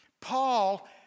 Paul